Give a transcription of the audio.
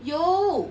有